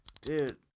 dude